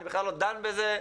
אני בכלל לא דן בזה,